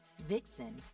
Vixen